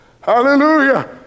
Hallelujah